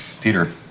Peter